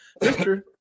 Mr